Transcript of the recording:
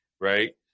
right